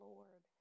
Lord